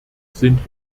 sind